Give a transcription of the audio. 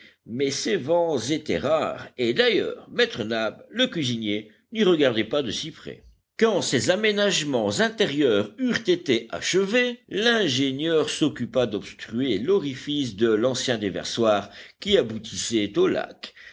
mais ces vents étaient rares et d'ailleurs maître nab le cuisinier n'y regardait pas de si près quand ces aménagements intérieurs eurent été achevés l'ingénieur s'occupa d'obstruer l'orifice de l'ancien déversoir qui aboutissait au lac